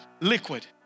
liquid